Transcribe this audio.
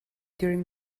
during